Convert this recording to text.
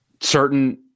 certain